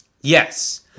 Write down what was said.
Yes